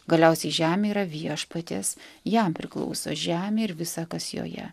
galiausiai žemė yra viešpaties jam priklauso žemė ir visa kas joje